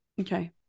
Okay